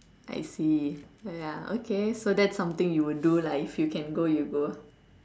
I see ya okay so that's something you will do lah if you can go you will go